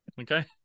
Okay